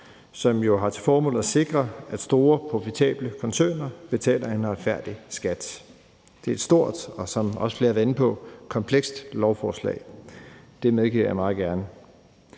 jo har til formål at sikre, at store, profitable koncerner betaler en retfærdig skat. Det er et stort og et, som flere også har været inde på, komplekst lovforslag; det medgiver jeg meget gerne.